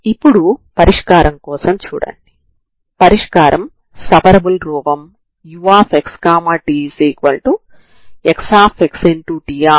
ఇప్పుడు ప్రారంభ సమాచారం u2x0 అవుతుంది మరియు దీనిని మీరు 0 గా తీసుకోవచ్చు